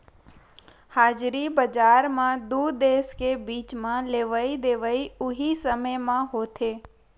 हाजिरी बजार म दू देस के बीच म लेवई देवई उहीं समे म होथे